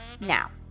Now